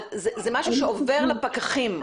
זה משהו שעובר לפקחים.